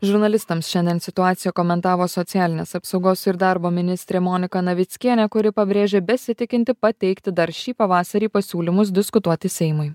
žurnalistams šiandien situaciją komentavo socialinės apsaugos ir darbo ministrė monika navickienė kuri pabrėžė besitikinti pateikti dar šį pavasarį pasiūlymus diskutuoti seimui